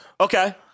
Okay